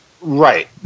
Right